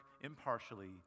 impartially